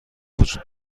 وجود